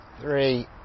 three